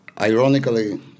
Ironically